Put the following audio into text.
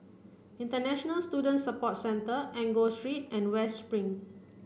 International Student Support Centre Enggor Street and West Spring